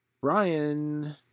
Brian